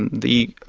the